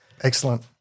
Excellent